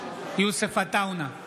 יוסף עטאונה,